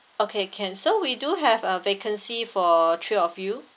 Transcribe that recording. okay can so we do have a vacancy for three of you